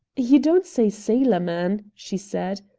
you don't say sailorman, she said.